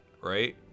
Right